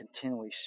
continually